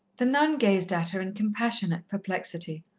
the nun gazed at her in compassionate perplexity.